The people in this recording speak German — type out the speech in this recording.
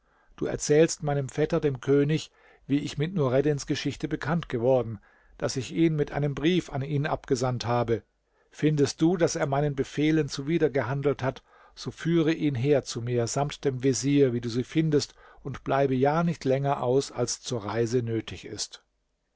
du erzählst meinem vetter dem könig wie ich mit nureddins geschichte bekannt geworden daß ich ihn mit einem brief an ihn abgesandt habe findest du daß er meinen befehlen zuwider gehandelt hat so führe ihn her zu mir samt dem vezier wie du sie findest und bleibe ja nicht länger aus als zur reise nötig ist